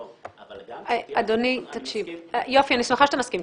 אני מסכים --- אני שמחה שאתה מסכים.